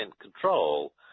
control